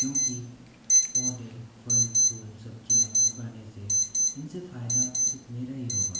क्योंकि पौधे फल फूल सब्ज़ियाँ उगाने से इनसे फ़ायदा सिर्फ मेरा ही होगा